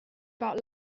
about